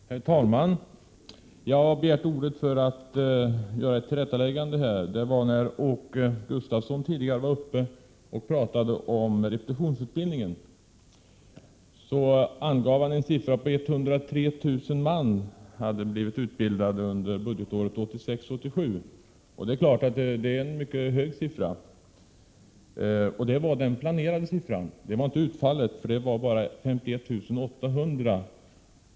Herr talman! Jag har begärt ordet för att göra ett tillrättaläggande. När Åke Gustavsson tidigare var uppe och talade om repetitionsutbildningen sade han att 103 000 man hade blivit utbildade under budgetåret 1986/87. Det är klart att det är en mycket stor siffra. Men det var den planerade siffran och inte utfallet. Utfallet blev bara 51 800.